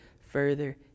further